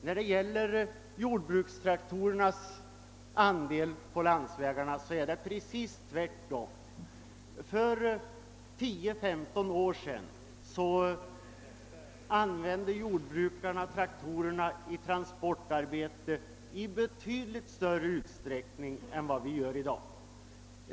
När det gäller jordbrukstraktorernas andel av fordonen på vägarna är det precis tvärtom. För tio, femton år sedan använde jordbrukarna traktorerna i transportarbete i betydligt större utsträckning än de gör i dag.